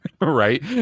right